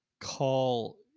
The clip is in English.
call